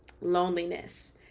loneliness